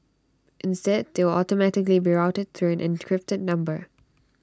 instead they will automatically be routed through an encrypted number